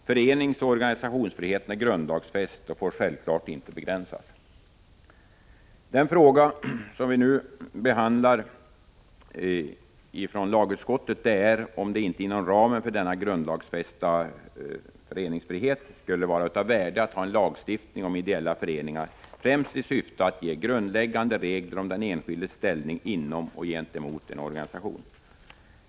Föreningsoch organisationsfriheten är grundlagsfäst och får självfallet inte begränsas. Den fråga som vi nu diskuterar och som behandlats av lagutskottet gäller om det inte skulle vara av värde att inom ramen för den grundlagsfästa föreningsfriheten ha en lagstiftning om ideella föreningar, främst i syfte att ge grundläggande regler om den enskildes ställning inom och gentemot en organisation.